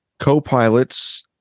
co-pilots